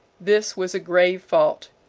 this was a grave fault.